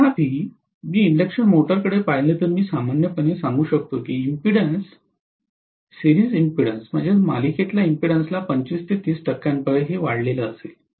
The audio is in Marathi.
तथापि मी इंडक्शन मोटरकडे पाहिले तर मी सामान्यपणे सांगू शकतो की इम्पेडन्स मालिकेतील इम्पेडन्सला 25 ते 30 टक्क्यांपर्यंत वाढतील